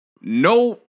No